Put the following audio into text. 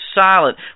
silent